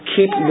Keep